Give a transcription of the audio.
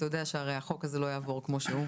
אתה יודע שהצעת החוק הזאת לא תעבור כפי שהיא,